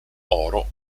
oro